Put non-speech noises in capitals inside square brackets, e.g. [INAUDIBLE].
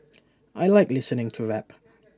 [NOISE] I Like listening to rap